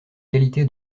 qualité